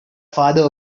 farther